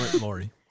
Lori